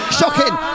shocking